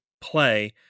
play